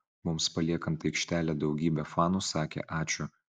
mums paliekant aikštelę daugybė fanų sakė ačiū